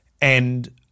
And-